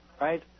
right